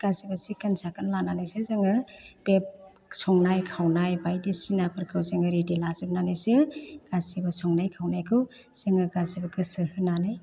गासिबो सिखोन साखोन लानानैसो जोङो बे संनाय खावनाय बायदिसिनाफोरखौ जोङो रेडि लाजोबनानैसो गासिबो संनाय खावनायखौ जोङो गासिबो गोसो होनानै